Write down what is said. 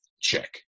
check